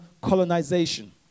colonization